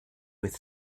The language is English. with